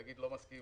נגיד שלא מסכימים,